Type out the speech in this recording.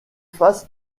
faces